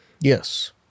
Yes